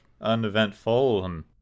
uneventful